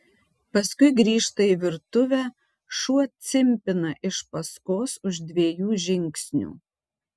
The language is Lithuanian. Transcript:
paskui grįžta į virtuvę šuo cimpina iš paskos už dviejų žingsnių